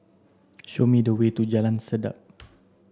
Show me the way to Jalan Sedap